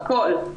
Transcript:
הכול.